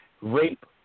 rape